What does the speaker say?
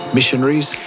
Missionaries